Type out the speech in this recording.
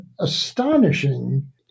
astonishing